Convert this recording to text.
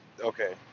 Okay